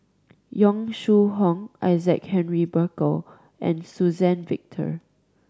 Yong Shu Hoong Isaac Henry Burkill and Suzann Victor